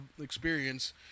experience